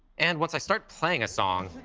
and once i start playing a song.